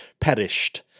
perished